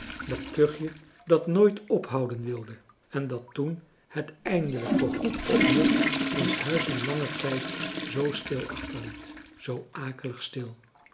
dat kuchje dat nooit ophouden wilde en dat toen het eindelijk voorgoed ophield ons huis een langen tijd zoo stil achterliet zoo akelig stil